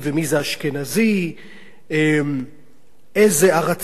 אילו ארצות נכללות בקטגוריה הזאת,